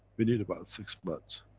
we need about six months.